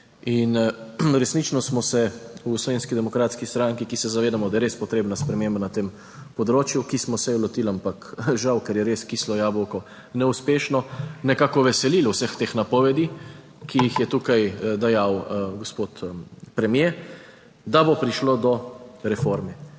resnično smo se v Slovenski demokratski stranki, ki se zavedamo, da je res potrebna sprememba na tem področju, ki smo se je lotili, ampak žal, ker je res kislo jabolko, neuspešno nekako veselili vseh teh napovedi, ki jih je tukaj dejal gospod premier, da bo prišlo do reforme,